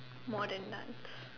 modern dance